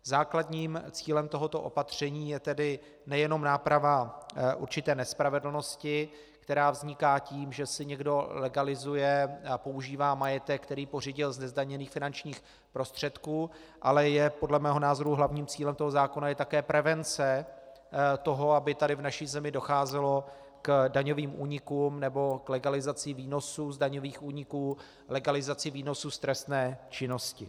Základním cílem tohoto opatření je tedy nejenom náprava určité nespravedlnosti, která vzniká tím, že si někdo legalizuje a používá majetek, který pořídil ze zdaněných finančních prostředků, ale podle mého názoru je hlavním cílem toho zákona také prevence toho, aby v naší zemi docházelo k daňovým únikům nebo k legalizaci výnosů daňových úniků, k legalizaci výnosů z trestné činnosti.